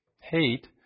hate